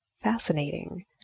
fascinating